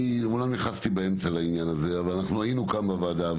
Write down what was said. אמנם נכנסתי באמצע לעניין הזה אבל היינו כאן בוועדה.